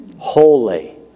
Holy